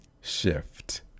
Shift